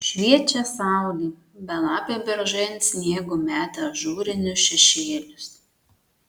šviečia saulė belapiai beržai ant sniego meta ažūrinius šešėlius